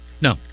No